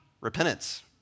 repentance